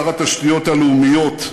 שר התשתיות הלאומיות,